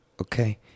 okay